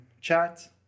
chat